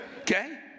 okay